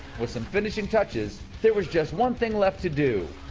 with some finishing touches, there was just one thing left to do.